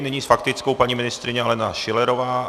Nyní s faktickou paní ministryně Alena Schillerová.